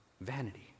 vanity